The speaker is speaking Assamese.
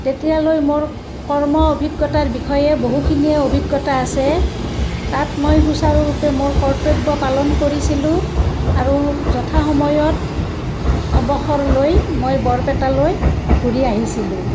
তেতিয়ালৈ মোৰ কৰ্ম অভিজ্ঞতাৰ বিষয়ে বহুখিনিয়ে অভিজ্ঞতা আছে তাত মই সুচাৰুৰূপে মোৰ কৰ্তব্য পালন কৰিছিলোঁ আৰু যথা সময়ত অৱসৰ লৈ মই বৰপেটালৈ ঘূৰি আহিছিলোঁ